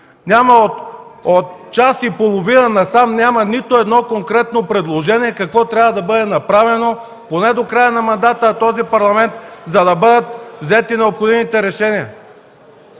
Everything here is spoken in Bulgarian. иска. От час и половина насам няма нито едно конкретно предложение какво трябва да бъде направено до края на мандата на този Парламент, за да бъдат взети необходимите решения.